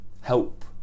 help